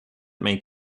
make